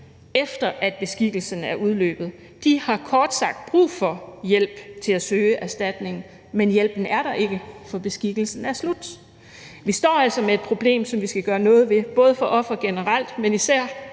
efter at beskikkelsen er udløbet. De har kort sagt brug for hjælp til at søge erstatning, men hjælpen er der ikke, for beskikkelsen er slut. Vi står altså med et problem, som vi skal gøre noget ved, både for ofre generelt, men jeg